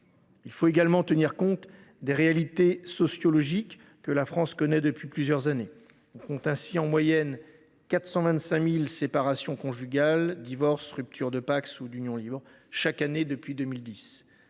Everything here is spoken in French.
Il faut également tenir compte des réalités sociologiques que la France connaît depuis plusieurs années. On compte ainsi en moyenne 425 000 séparations conjugales, divorces, ruptures de Pacs ou d’unions libres chaque année depuis 2010.